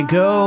go